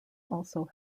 also